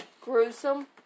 gruesome